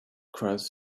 cross